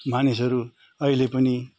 मानिसहरू अहिले पनि